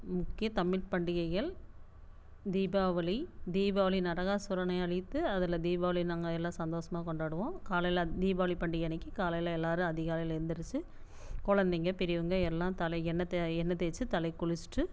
முக்கிய தமிழ் பண்டிகைகள் தீபாவளி தீபாவளி நரகாசுரனை அழித்து அதில் தீபாவளி நாங்கள் எல்லாம் சந்தோஷமாக கொண்டாடுவோம் காலையில் தீபாவளி பண்டிகை அன்னக்கு காலையில் எல்லாரும் அதிகாலையில் எந்திரிச்சு குழந்தைங்க பெரியவங்க எல்லாம் தலைக்கு எண்ணெய் தே எண்ணெய் தேச்சு தலைக்கு குளிச்சிவிட்டு